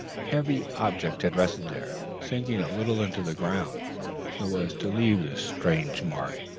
heavy object had rested there, sinking a little into the ground so as to leave this strange mark.